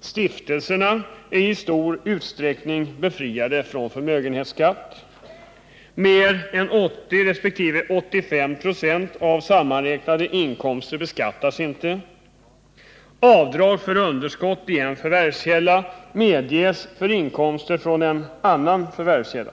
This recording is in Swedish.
Stiftelserna är i stor utsträckning befriade från förmögenhetsskatt. Mer än 80 resp. 85 96 av sammanräknade inkomster beskattas inte. Avdrag för underskott i en förvärvskälla medges för inkomster från en annan förvärvskälla.